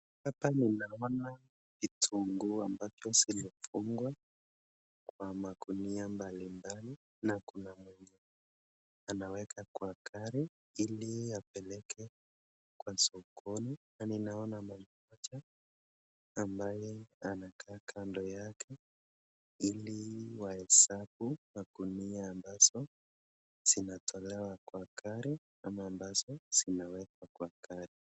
Hapa ninaona kitunguu ambacho zimefungwa kwa magunia mbalimbali na kuna mwanaume anaweka kwa gari ili apeleke kwa sokoni. Na ninaona mama mmoja ambaye anakaa kando yake ili wahesabu makunia ambazo zinatolewa kwa gari ama ambazo zinawekwa kwa gari.